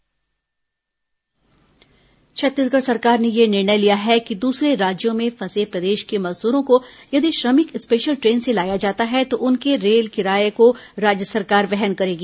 corona rail यात्रा किराया छत्तीसगढ़ सरकार ने यह निर्णय लिया है कि दूसरे राज्यों में फंसे प्रदेश के मजदूरों को यदि श्रमिक स्पेशल ट्रेन से लाया जाता है तो उनके रेल किराया को राज्य सरकार वहन करेगी